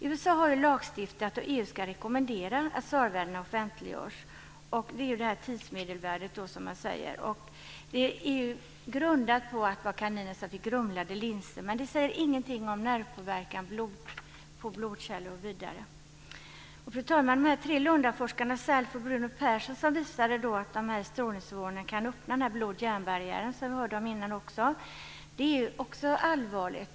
USA har lagstiftat om detta, och EU ska rekommendera att SAR-värdena offentliggörs. SAR är ju ett tidsmedelvärde, som man säger. Det är grundat på försök med kaniner som fick grumlade linser, men det säger ingenting om nervpåverkan, påverkan på blodkärl osv. Fru talman! De tre lundaforskarna Salford, Brun och Persson visade att dessa strålningsnivåer kan öppna den s.k. blod-järn-barriären, som vi hörde om tidigare. Det är också allvarligt.